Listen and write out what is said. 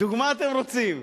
דוגמה אתם רוצים?